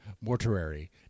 mortuary